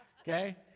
Okay